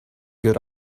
good